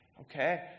Okay